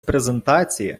презентації